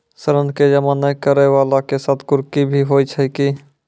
ऋण के जमा नै करैय वाला के साथ कुर्की भी होय छै कि?